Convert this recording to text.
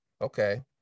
okay